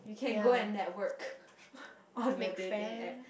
you can go and network on the dating App